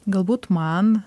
galbūt man